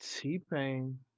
T-Pain